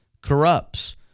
corrupts